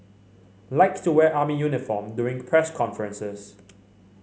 likes to wear army uniform during press conferences